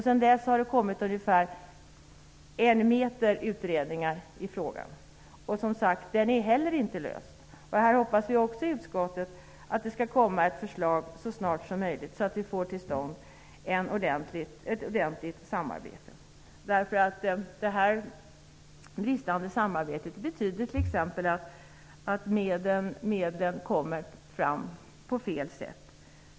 Sedan dess har det kommit ungefär en hyllmeter utredningar i frågan, och den är ändå inte löst. Utskottet hoppas också på denna punkt att det skall komma ett förslag så snart som möjligt, så att vi får till stånd ett ordentligt samarbete. Bristen på samarbete betyder t.ex. att medlen kommer fram på fel sätt.